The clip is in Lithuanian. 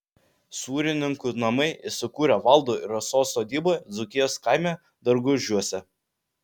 sūrininkų namai įsikūrę valdo ir rasos sodyboje dzūkijos kaime dargužiuose